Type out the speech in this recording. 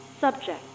subject